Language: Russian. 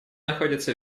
находится